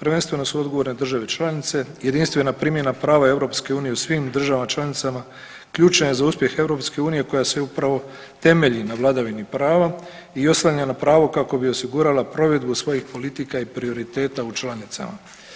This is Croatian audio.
prvenstveno su odgovorne države članice, jedinstvena primjena prava EU u svim državama članicama ključna je za uspjeh EU koja se upravo temelji na vladavini prava i oslanja na pravo kao bi osigurala provedbu svojih politika i prioriteta u članicama.